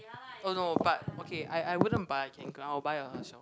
oh no but okay I I wouldn't but a Kanken I would buy a Herschel